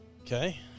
Okay